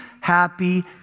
happy